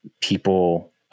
people